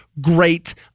great